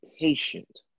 patient